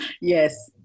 Yes